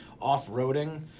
off-roading